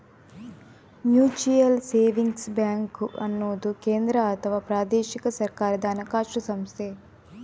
mutual savings bank ಅನ್ನುದು ಕೇಂದ್ರ ಅಥವಾ ಪ್ರಾದೇಶಿಕ ಸರ್ಕಾರದ ಹಣಕಾಸು ಸಂಸ್ಥೆ